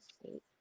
state